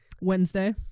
wednesday